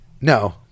No